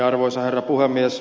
arvoisa herra puhemies